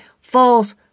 false